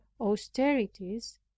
austerities